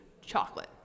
Chocolate